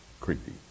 creepy